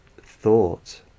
thought